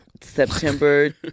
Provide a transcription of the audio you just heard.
September